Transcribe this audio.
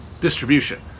distribution